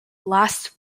last